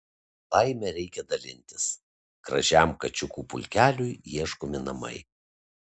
laime reikia dalintis gražiam kačiukų pulkeliui ieškomi namai